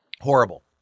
Horrible